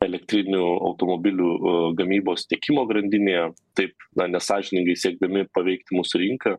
elektrinių automobilių gamybos tiekimo grandinėje taip nesąžiningai siekdami paveikt mūsų rinką